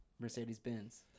Mercedes-Benz